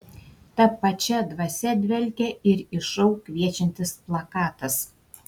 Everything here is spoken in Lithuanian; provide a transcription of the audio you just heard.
ta pačia dvasia dvelkia ir į šou kviečiantis plakatas